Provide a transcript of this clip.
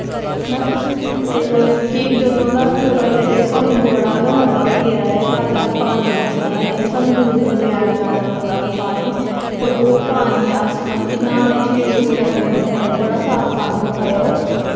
हैना ते मतलब कि जदुां दा टयूबवैल लग्गे दा सानूं बड़ा गै मजा होई गेदा ऐ घर घर पानी पुज्जी जाऽ दा नेईं तां सानूं दूर दूर लैन जाने पौंदा ही पानी होर ओह् पानी अस मतलब कि न्हाने च यूज करने होने बड़ा साफ पानी होंदा ऐ ओ